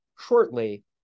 shortly